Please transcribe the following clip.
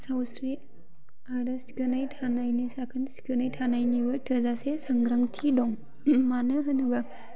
सावस्रि आरो सिखोनै थानायनि साखोन सिखोनै थानायनिबो थोजासे संग्रांथि दं मानो होनोबा